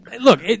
Look